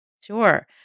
Sure